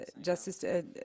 Justice